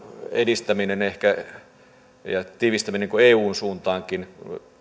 edistäminen ja tiivistäminen ehkä eunkin suuntaan on tärkeää